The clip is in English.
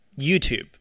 YouTube